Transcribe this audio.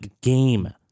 game